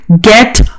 get